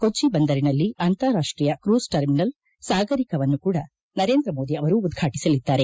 ಕೊಟ್ಟಿ ಬಂದರಿನಲ್ಲಿ ಅಂತಾರಾಷ್ಟೀಯ ಕ್ರೂಸ್ ಟರ್ಮಿನಲ್ ಸಾಗರಿಕವನ್ನು ಕೂಡ ನರೇಂದ್ರ ಮೋದಿ ಅವರು ಉದ್ಘಾಟಿಸಲಿದ್ದಾರೆ